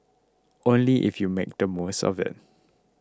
only if you make the most of it